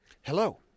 Hello